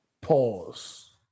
Pause